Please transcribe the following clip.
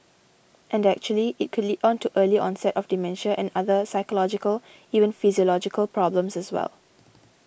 and actually it could lead on to early onset of dementia and other psychological even physiological problems as well